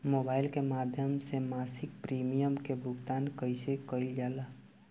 Mobile के माध्यम से मासिक प्रीमियम के भुगतान कैसे कइल जाला?